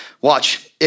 Watch